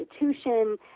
institution